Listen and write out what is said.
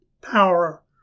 power